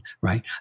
right